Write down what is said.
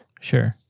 Sure